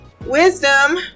Wisdom